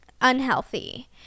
unhealthy